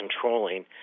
controlling